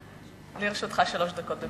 לרשותך שלוש דקות.